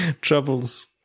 Troubles